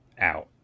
out